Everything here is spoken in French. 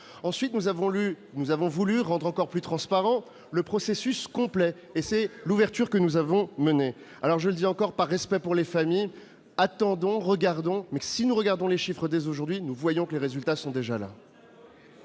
Ensuite, nous avons voulu rendre encore plus transparent le processus complet. Il faut conclure ! C'est l'ouverture que nous avons menée. Je le répète en conclusion : par respect pour les familles, attendons, mais, si nous regardons les chiffres dès aujourd'hui, nous voyons que les résultats sont déjà là